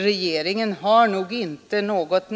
Regeringen har nog inte något